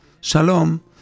Shalom